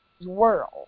world